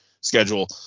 schedule